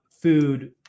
food